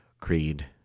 Creed